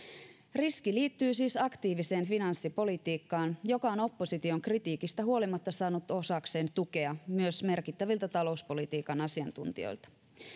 riski liittyy siis aktiiviseen finanssipolitiikkaan joka on opposition kritiikistä huolimatta saanut osakseen tukea myös merkittäviltä talouspolitiikan asiantuntijoilta